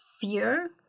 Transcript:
fear